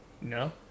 No